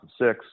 2006